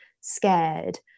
scared